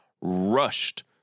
rushed